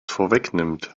vorwegnimmt